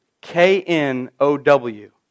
K-N-O-W